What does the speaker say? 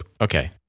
okay